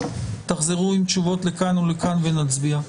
ותחזור עם תשובות לכאן או לכאן ונצביע.